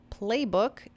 playbook